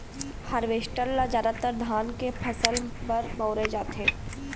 harvester ल जादातर धान के फसल बर बउरे जाथे